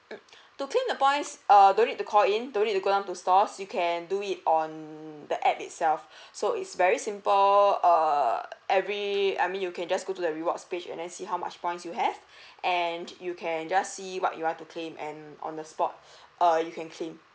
mm to claim the points err don't need to call in don't need to go to stores you can do it on the app itself so it's very simple err every I mean you can just go to the rewards page and then see how much points you have and you can just see what you are to claim and on the spot err you can claim